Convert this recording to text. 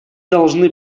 должны